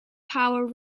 power